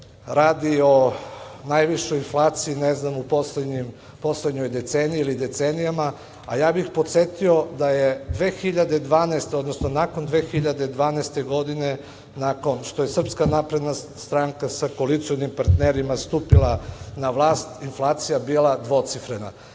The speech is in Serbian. radi o najvišoj inflaciji ne znam u poslednjoj deceniji ili decenijama, a ja bih podsetio da je 2012. godine, odnosno nakon 2012. godine nakon što je SNS sa koalicionim partnerima stupila na vlast inflacija bila dvocifrena.